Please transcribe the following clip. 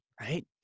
Right